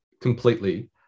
completely